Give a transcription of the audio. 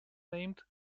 named